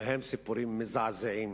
ובהן סיפורים מזעזעים